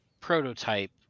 prototype